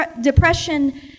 Depression